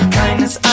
kindness